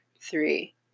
three